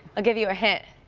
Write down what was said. i'll give you ah hint.